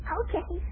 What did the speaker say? okay